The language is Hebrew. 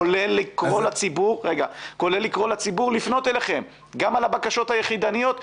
כולל לקרוא לציבור לפנות אליכם גם על הבקשות היחידניות,